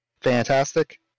Fantastic